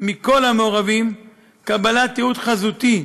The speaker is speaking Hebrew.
מכל המעורבים וקבלת תיעוד חזותי